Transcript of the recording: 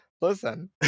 listen